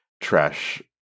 trash